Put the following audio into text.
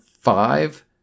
five